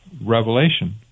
Revelation